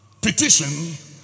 petition